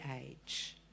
age